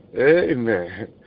Amen